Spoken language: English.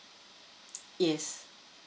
yes